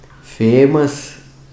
famous